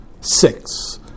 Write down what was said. six